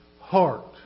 heart